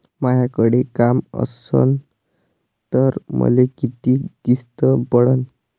मायाकडे काम असन तर मले किती किस्त पडन?